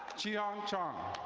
chee yong chong.